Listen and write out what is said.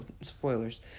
spoilers